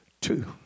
Two